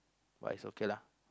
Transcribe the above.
but it's okay lah